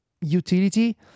utility